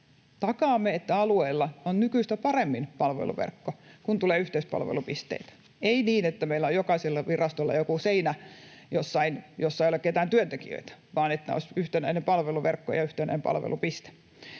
Takaamme, että alueilla on nykyistä parempi palveluverkko, kun tulee yhteispalvelupisteitä, ei niin, että meillä on jokaisella virastolla joku seinä, jossa ei ole ketään työntekijöitä, vaan niin, että olisi yhtenäinen palveluverkko ja yhteinen palvelupiste.